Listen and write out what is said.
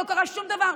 לא קרה שום דבר,